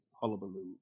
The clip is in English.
hullabaloo